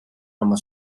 oma